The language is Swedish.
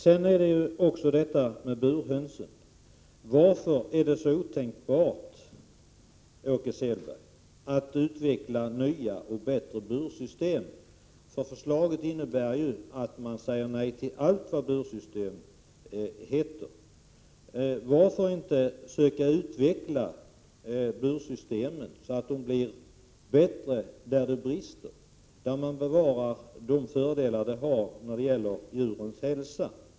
Beträffande burhönsen: Varför är det så otänkbart, Åke Selberg, att utveckla nya och bättre bursystem? Utskottet säger ju nej till allt vad bursystem heter. Varför inte försöka utveckla bursystemen så att de blir bättre på de punkter där det brister och där man bevarar de fördelar som bursystemen innebär för djurens hälsa?